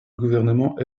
gouvernement